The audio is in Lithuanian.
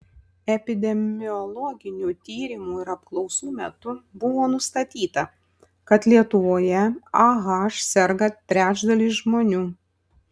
epidemiologinių tyrimų ir apklausų metu buvo nustatyta kad lietuvoje ah serga trečdalis žmonių